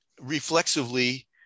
reflexively